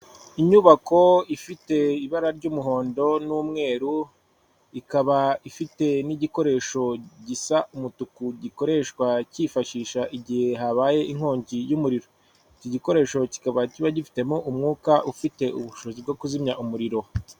Inyubako ifite ibara ry'umuhondo n'umweru, ikaba ifite n'igikoresho gisa umutuku gikoreshwa cyifashisha igihe habaye inkongi y'umuriro, iki gikoresho kikaba kiba gifitemo umwuka ufite ubushobozi bwo kuzimya umuriro.